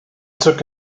took